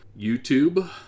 YouTube